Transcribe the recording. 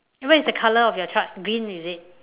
what is the colour of your truck green is it